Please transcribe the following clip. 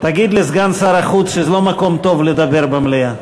תגיד לסגן שר החוץ שזה לא מקום טוב לדבר, במליאה.